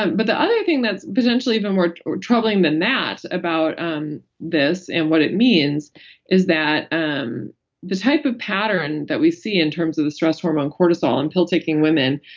but the other thing that's potentially even more troubling than that about um this and what it means is that um the type of pattern that we see in terms of the stress hormone cortisol in pill taking women,